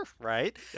right